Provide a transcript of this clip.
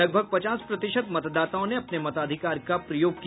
लगभग पचास प्रतिशत मतदाताओं ने अपने मताधिकार का प्रयोग किया